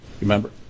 remember